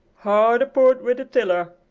hard aport with the tiller!